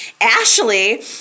Ashley